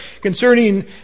concerning